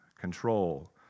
control